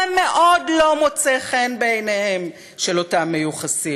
זה מאוד לא מוצא חן בעיניהם של אותם מיוחסים.